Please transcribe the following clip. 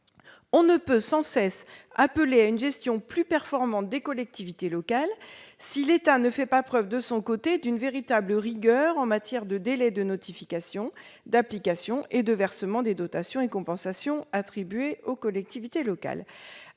On ne peut sans cesse appeler à une gestion plus performante des collectivités locales si l'État ne fait pas preuve, de son côté, d'une véritable rigueur en matière de délais de notification, d'application et de versement des dotations et des compensations attribuées aux collectivités locales.